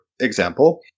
example